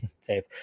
safe